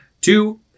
Two